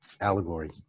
Allegory